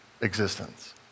existence